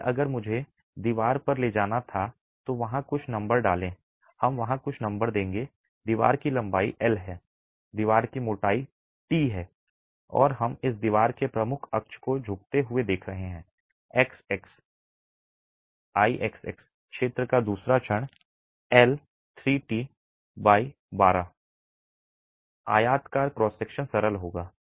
इसलिए अगर मुझे दीवार पर ले जाना था तो वहां कुछ नंबर डाल दें हम वहां कुछ नंबर देंगे दीवार की लंबाई L है दीवार की मोटाई t है और हम इस दीवार के प्रमुख अक्ष को झुकते हुए देख रहे हैं XX Ixx क्षेत्र का दूसरा क्षण L3t 12 आयताकार क्रॉस सेक्शन सरल होगा